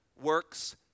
works